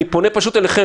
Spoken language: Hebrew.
אני פונה אליכם,